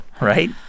right